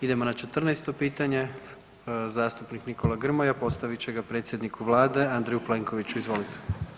Idemo na 14. pitanje, zastupnik Nikola Grmoja postavit će ga predsjedniku vlade Andreju Plenkoviću, izvolite.